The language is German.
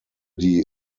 die